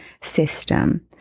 system